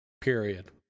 period